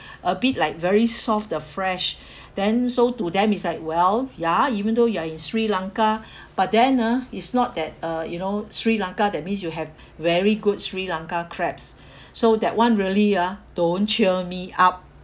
a bit like very soft the flesh then so to them it's like well ya even though you're in sri lanka but then ah it's not that uh you know sri lanka that means you have very good sri lanka crabs so that [one] really ah don't cheer me up